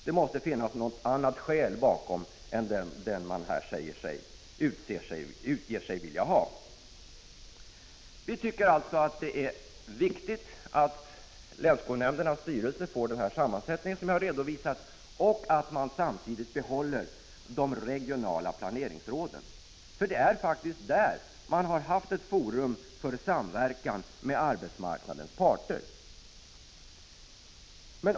Det måste finnas något annat skäl bakom än det man här utger sig för att ha. Vi tycker alltså att det är viktigt att länsskolnämndernas styrelse får den sammansättning som jag har redovisat och att man samtidigt behåller de regionala planeringsråden. Det är faktiskt där man har ett forum för samverkan med arbetsmarknadens parter.